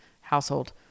household